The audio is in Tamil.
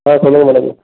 ஆ சொல்லுங்கள் மேடம்